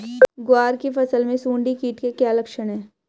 ग्वार की फसल में सुंडी कीट के क्या लक्षण है?